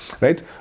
Right